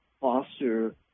foster